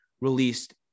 released